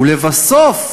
ולבסוף,